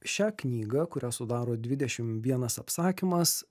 šią knygą kurią sudaro dvidešim vienas apsakymas